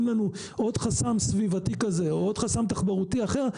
לנו עוד חסם סביבתי כזה או עוד חסם תחבורתי אחר,